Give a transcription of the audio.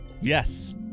Yes